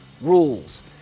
rules